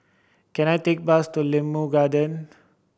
can I take a bus to Limau Garden